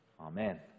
Amen